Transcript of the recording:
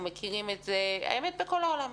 שמכירים את זה מכל העולם.